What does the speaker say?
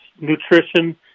Nutrition